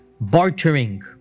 bartering